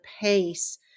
pace